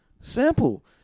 Simple